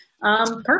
Perfect